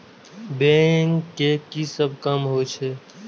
Bank के की सब काम होवे छे?